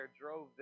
drove